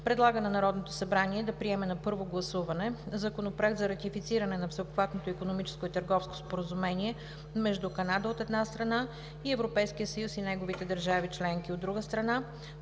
Предлага на Народното събрание да приеме на първо гласуване Законопроект за ратифициране на Всеобхватното икономическо и търговско споразумение между Канада, от една страна, и Европейския съюз и неговите държави членки, от друга страна,